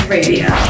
Radio